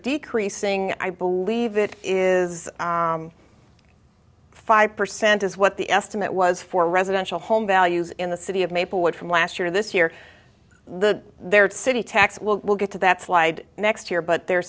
decreasing i believe it is five percent is what the estimate was for residential home values in the city of maplewood from last year this year the their it city tax well we'll get to that slide next year but their